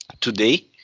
today